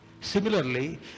Similarly